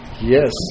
Yes